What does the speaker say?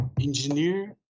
engineer